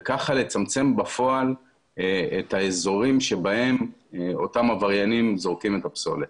וכך לצמצם בפועל את האזורים שבהם אותם עבריינים זורקים את הפסולת.